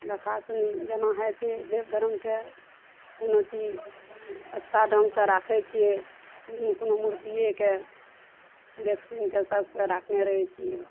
देखा सुनी जेना होइ छै देब धर्मके कोनो चीज अच्छा ढंग सऽ राखै छियै ओहिमे कोनो मूर्तियेके देख सुनि के सबके राखने रहै छियै